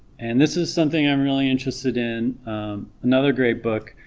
and this is something i'm really interested, in another great book